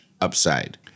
upside